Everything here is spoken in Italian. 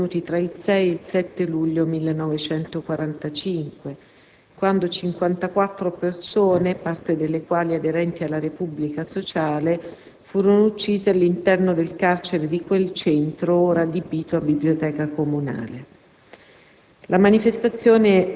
in ricordo dei fatti avvenuti tra il 6 e il 7 luglio 1945, quando 54 persone, parte delle quali aderenti alla Repubblica sociale, furono uccise all'interno del carcere di quel centro, ora adibito a biblioteca comunale.